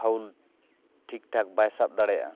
ᱯᱷᱟᱣᱩᱞ ᱴᱷᱤᱠ ᱴᱷᱟᱠ ᱵᱟᱭ ᱥᱟᱵ ᱫᱟᱲᱮᱭᱟᱜᱼᱟ